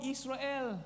Israel